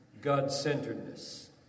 God-centeredness